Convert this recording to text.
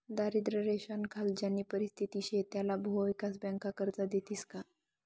दारिद्र्य रेषानाखाल ज्यानी परिस्थिती शे त्याले भुविकास बँका कर्ज देतीस का?